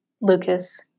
Lucas –